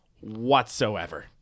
whatsoever